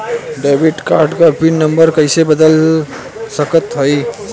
Debit card क pin number कइसे बदल सकत हई?